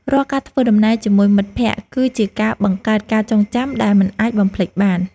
រាល់ការធ្វើដំណើរជាមួយមិត្តភក្តិ គឺជាការបង្កើតការចងចាំដែលមិនអាចបំភ្លេចបាន។